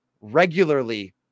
regularly